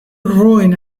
ruin